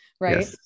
right